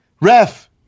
Ref